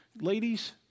Ladies